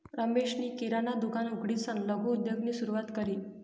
रमेशनी किराणा दुकान उघडीसन लघु उद्योगनी सुरुवात करी